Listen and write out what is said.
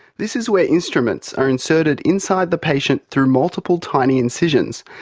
this is where instruments are inserted inside the patient through multiple tiny incisions,